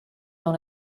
dans